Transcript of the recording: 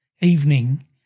evening